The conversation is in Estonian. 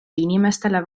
inimestele